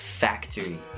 factory